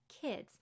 kids